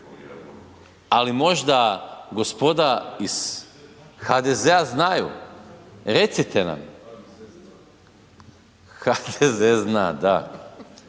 ali možda gospoda iz HDZ-a znaju, recite nam. HDZ zna, da,